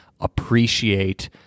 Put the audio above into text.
appreciate